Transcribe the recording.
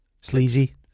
Sleazy